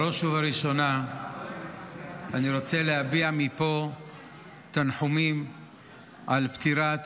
בראש ובראשונה אני רוצה להביע מפה תנחומים על פטירת